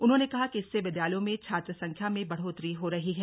उन्होंने कहा कि इससे विद्यालयों में छात्र संख्या में बढ़ोतरी हो रही है